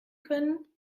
können